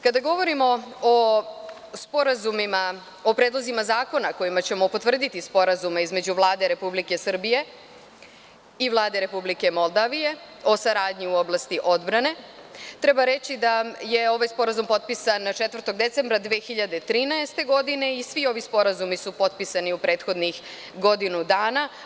Kada govorimo o predlozima zakona kojima ćemo potvrditi sporazume između Vlade Republike Srbije i Vlade Republike Moldavije o saradnji u oblasti odbrane, treba reći da je ovaj sporazum potpisan 4. decembra 2013. godine i svi ovi sporazumi su potpisani u prethodnih godinu dana.